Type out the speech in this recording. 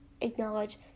acknowledge